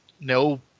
no